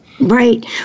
Right